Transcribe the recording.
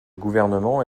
gouvernement